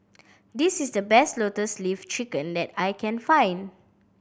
this is the best Lotus Leaf Chicken that I can find